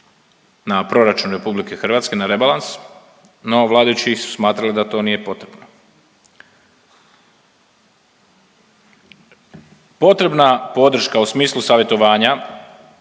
na proračun Republike Hrvatske, na rebalans no vladajući su smatrali da to nije potrebno. Potrebna podrška u smislu savjetovanja,